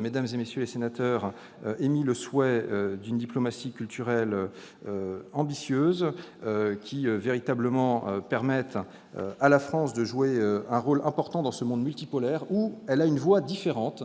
mesdames, messieurs les sénateurs ! Vous avez émis le souhait d'une diplomatie culturelle ambitieuse qui permette à la France de jouer un rôle important dans ce monde multipolaire, où elle a une voix différente